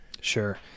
Sure